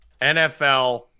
nfl